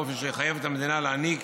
באופן שיחייב את המדינה להעניק